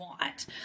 want